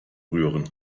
rühren